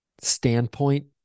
standpoint